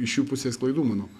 iš jų pusės klaidų manau